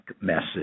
message